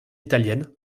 italienne